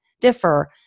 differ